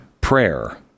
prayer